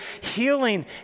healing